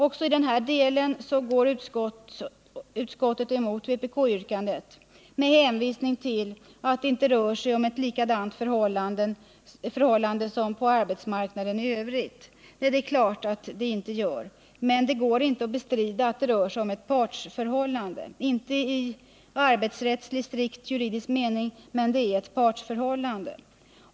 Också i denna del går utskottet emot vpk-yrkandet med hänvisning till att det inte rör sig om ett likadant förhållande som på arbetsmarknaden i övrigt. Nej, det är klart att det inte gör. Men det går inte att bestrida att det rör sig om ett partsförhållande; inte i arbetsrättsligt strikt juridisk mening, men det är ett partsförhållande.